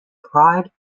pride